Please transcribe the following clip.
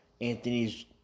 Anthony's